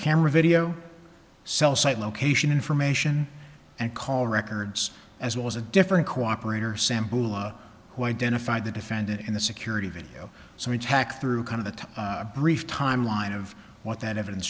camera video cell site location information and call records as well as a different cooperators sample of who identified the defendant in the security video so we tack through kind of the brief timeline of what that evidence